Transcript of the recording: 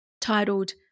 titled